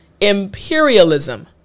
Imperialism